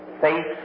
faith